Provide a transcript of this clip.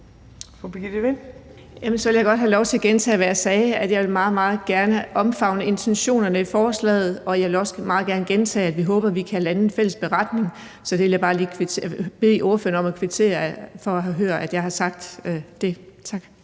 Jeg vil så godt have lov til at gentage, hvad jeg sagde, altså at jeg meget, meget gerne vil omfavne intentionerne i forslaget. Jeg vil også meget gerne gentage, at vi håber, at vi kan lande en fælles beretning, og jeg vil så bare lige bede ordføreren om at kvittere for at høre, at jeg har sagt det. Tak.